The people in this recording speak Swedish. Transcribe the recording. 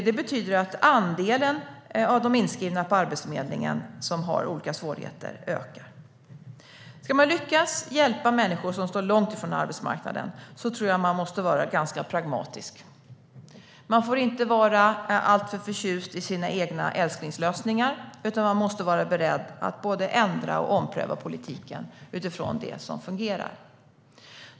Det betyder att den andel av de inskrivna på Arbetsförmedlingen som har olika svårigheter ökar. Ska man lyckas hjälpa människor som står långt från arbetsmarknaden tror jag att man måste vara ganska pragmatisk. Man får inte vara alltför förtjust i sina egna älsklingslösningar, utan man måste vara beredd att både ändra och ompröva politiken utifrån det som fungerar.